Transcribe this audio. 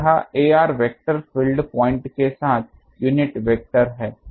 तो यह ar vector field point के साथ यूनिट वेक्टर है